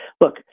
look